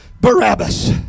Barabbas